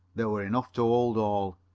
there were enough to hold all,